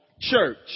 church